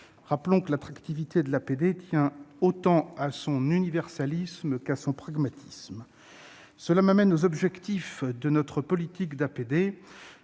Rappelons que l'attractivité de l'APD tient autant à son universalisme qu'a son pragmatisme. J'en arrive aux objectifs de notre politique d'APD.